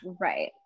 right